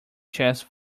chest